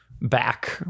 back